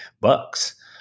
Bucks